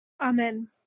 Amen